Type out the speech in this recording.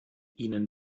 ihnen